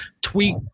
Tweet